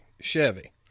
Chevy